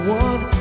one